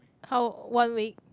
how one week